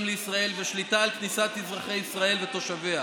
לישראל ושליטה על כניסת אזרחי ישראל ותושביה,